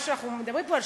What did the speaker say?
מה שאנחנו מדברים פה, על